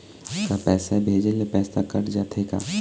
का पैसा भेजे ले पैसा कट जाथे का?